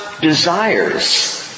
desires